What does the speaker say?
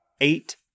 eight